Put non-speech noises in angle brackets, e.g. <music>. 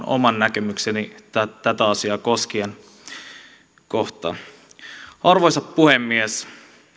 <unintelligible> oman näkemykseni tätä asiaa koskien arvoisa puhemies